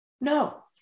No